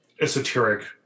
esoteric